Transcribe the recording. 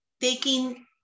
taking